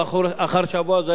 זו ההזדמנות האמיתית